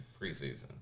preseason